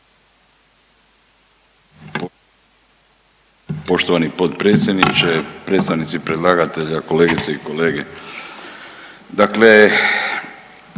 Poštovani potpredsjedniče, predstavnici predlagatelja, kolegice i kolege. Dakle,